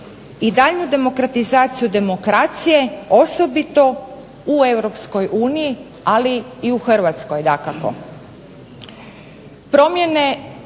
i daljnju demokratizaciju demokracije, osobito u Europskoj